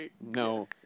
no